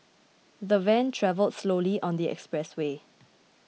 the van travelled slowly on the expressway